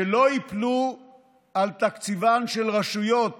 שלא תיפול על תקציבן של רשויות